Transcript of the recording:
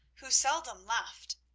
who seldom laughed,